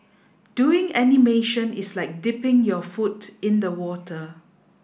doing animation is like dipping your foot in the water